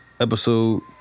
episode